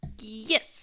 Yes